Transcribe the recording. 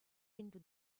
into